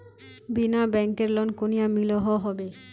बिना बैंकेर लोन कुनियाँ मिलोहो होबे?